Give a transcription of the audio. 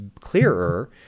clearer